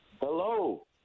Hello